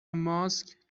ماسک